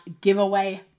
giveaway